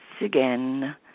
again